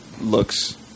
looks